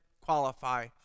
qualify